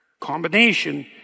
combination